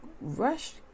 rush